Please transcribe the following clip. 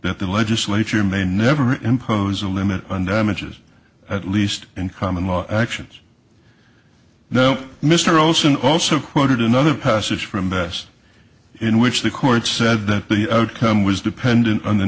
that the legislature may never impose a limit on damages at least in common law actions no mr olson also quoted another passage from best in which the courts said that the outcome was dependent on the